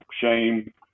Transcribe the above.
shame